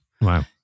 Wow